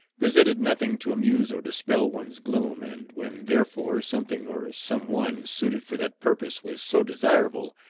presented nothing to amuse or dispel one's gloom, and when, therefore, something or some one suited for that purpose was so desirable,